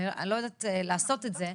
אני לא יודעת לעשות את זה,